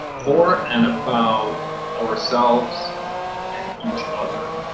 for and about ourselves and each other.